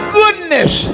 goodness